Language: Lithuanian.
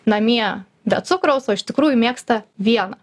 namie be cukraus o iš tikrųjų mėgsta vieną